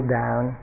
down